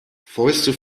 fäuste